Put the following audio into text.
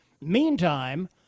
meantime